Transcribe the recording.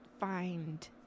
find